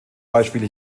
beispiele